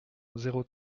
zéro